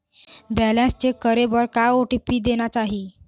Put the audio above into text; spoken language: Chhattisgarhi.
बैलेंस चेक करे बर का ओ.टी.पी देना चाही?